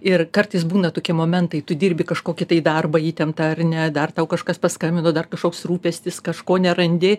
ir kartais būna tokie momentai tu dirbi kažkokį darbą įtemptą ar ne dar tau kažkas paskambino dar kažkoks rūpestis kažko nerandi